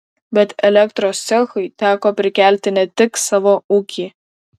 bet elektros cechui teko prikelti ne tik savo ūkį